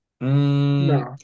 no